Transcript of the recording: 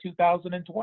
2020